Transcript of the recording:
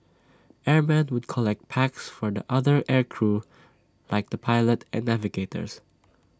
airmen would collect packs for the other air crew like the pilot and navigators